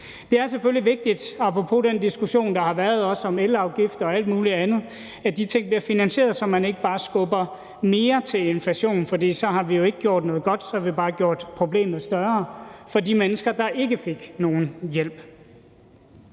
og alt muligt andet, at de ting bliver finansieret, så man ikke bare skubber mere til inflationen, for så har vi jo ikke gjort noget godt, så har vi bare gjort problemet større for de mennesker, der ikke fik nogen hjælp.